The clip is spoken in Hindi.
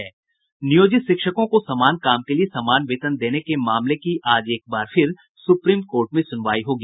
नियोजित शिक्षकों को समान काम के लिए समान वेतन देने के मामले की आज एक बार फिर सुप्रीम कोर्ट में सुनवाई होगी